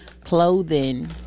Clothing